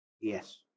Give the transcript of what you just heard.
Yes